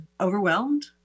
overwhelmed